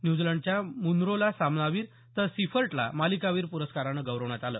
न्यूझीलंडच्या मुत्रोला सामनावीर तर सिफर्टला मालिकावीर पुरस्कारानं गौरवण्यात आलं